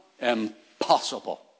impossible